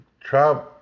Trump